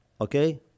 Okay